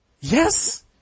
Yes